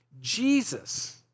Jesus